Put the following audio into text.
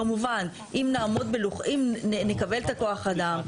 כמובן, אם נעמוד, אם נקבל את כוח האדם,